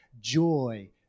joy